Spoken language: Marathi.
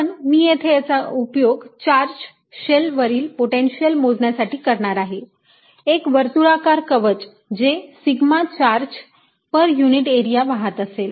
पण मी येथे याचा उपयोग चार्ज शेल वरील पोटेन्शियल मोजण्यासाठी करणार आहे एक वर्तुळाकार कवच जे sigma charge per unit area वाहत असेल